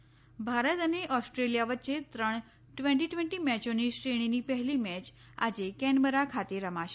cricket Bharat અને Australia વચ્ચે ત્રણ ટ્વેન્ટી ટ્વેન્ટી મેચોની શ્રેણીની પહેલી મેચ આજે કૈનબરા ખાતે રમાશે